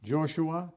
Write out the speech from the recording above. Joshua